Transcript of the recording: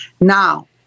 Now